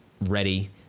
ready